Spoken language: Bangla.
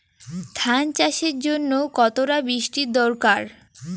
ধান চাষের জন্য কতটা বৃষ্টির দরকার?